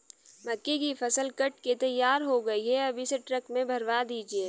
मक्के की फसल कट के तैयार हो गई है अब इसे ट्रक में भरवा दीजिए